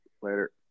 later